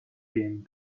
gehen